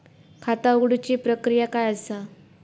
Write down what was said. खाता उघडुची प्रक्रिया काय असा?